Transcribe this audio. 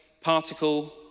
particle